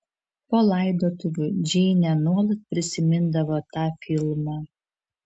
po laidotuvių džeinė nuolat prisimindavo tą filmą